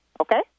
Okay